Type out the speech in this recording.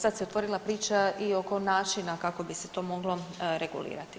Sada se otvorila priča i oko načina kako bi se to moglo regulirati.